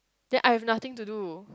then I have nothing to do